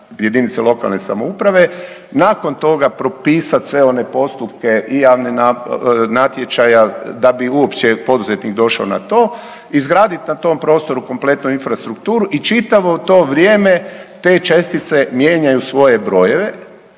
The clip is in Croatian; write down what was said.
jedinice lokalne samouprave nakon toga propisat sve one postupke i natječaja da bi uopće poduzetnik došao na to, izgradit na tom prostoru kompletnu infrastrukturu i čitavo to vrijeme te čestice mijenjaju svoje brojeve,